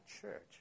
church